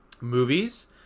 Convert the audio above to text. Movies